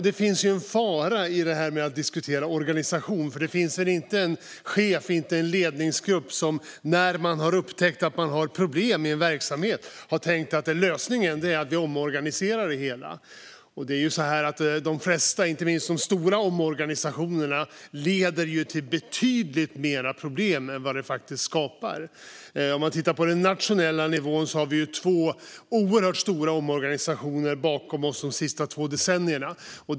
Det finns en fara i att diskutera organisation, för det finns väl inte en chef och inte en ledningsgrupp som när man har upptäckt att man har problem i en verksamhet har tänkt att lösningen är att omorganisera det hela. De flesta, inte minst de stora, omorganisationerna leder ju till betydligt mer problem än de faktiskt löser. På den nationella nivån har vi två oerhört stora omorganisationer bakom oss de senaste två decennierna.